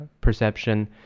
perception